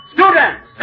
Students